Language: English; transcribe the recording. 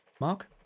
Mark